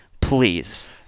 please